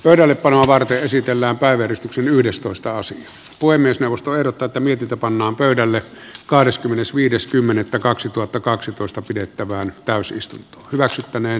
pöydällepanoa varten esitellään päivät yhdestoista asin puhemiesneuvosto ehdottaa te mietitte pannaan pöydälle kahdeskymmenesviides kymmenettä kaksituhattakaksitoista pidettävään täysistunto hyväksyttäneen